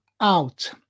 out